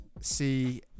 See